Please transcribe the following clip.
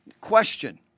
Question